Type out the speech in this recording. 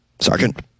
Sergeant